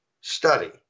study